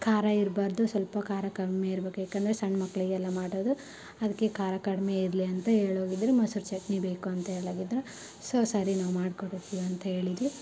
ಖಾರ ಇರಬಾರ್ದು ಸ್ವಲ್ಪ ಖಾರ ಕಮ್ಮಿ ಇರ್ಬೇಕು ಯಾಕೆಂದರೆ ಸಣ್ಣ ಮಕ್ಕಳಿಗೆಲ್ಲ ಮಾಡೋದು ಅದಕ್ಕೆ ಖಾರ ಕಡಿಮೆ ಇರಲಿ ಅಂತ ಹೇಳೋಗಿದ್ರು ಮೊಸ್ರು ಚಟ್ನಿ ಬೇಕು ಅಂತ ಹೇಳೋಗಿದ್ರು ಸೊ ಸರಿ ನಾವು ಮಾಡ್ಕೊಡುತ್ತೀವಿ ಅಂತ ಹೇಳಿದ್ವಿ